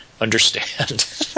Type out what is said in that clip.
understand